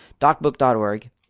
Docbook.org